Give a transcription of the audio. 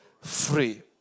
free